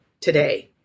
today